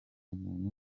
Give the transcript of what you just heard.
muntu